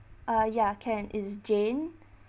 uh ya can is jane